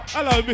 Hello